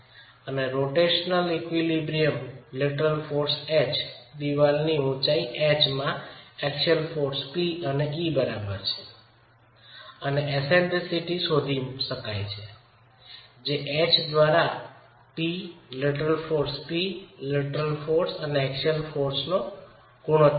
અને રોટેસનલ સંતુલનથી લેટરલ બળ h દિવાલની ઉચાઈ h માં એક્સિયલ બળ P એ e બરાબર છે અને તેથી એસેન્ડરીસિટીનો અંદાજ મળે છે જે H દ્વારા P લેટરલ બળ P લેટરલ બળ અને એક્સિયલ બળનો ગુણોત્તર h છે